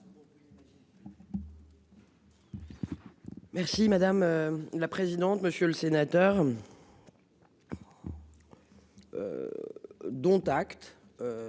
Merci madame la présidente, monsieur le sénateur.